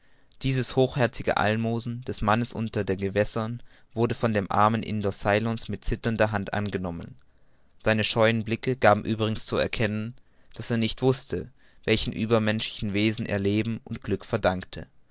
dieses hochherzige almosen des mannes der gewässer wurde von dem armen indier ceylons mit zitternder hand angenommen seine scheuen blicke gaben übrigens zu erkennen daß er nicht wußte welchen übermenschlichen wesen er leben und glück verdankte